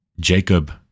Jacob